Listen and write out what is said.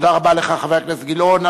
תודה רבה לך, חבר הכנסת גילאון.